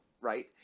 right